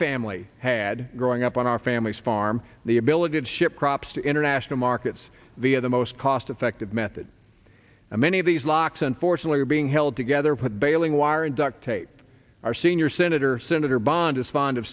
family had growing up on our family's farm the ability of ship crops to international markets via the most cost effective method and many of these locks unfortunately are being held together put baling wire and duct tape our senior senator senator bond is fond of